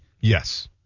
Yes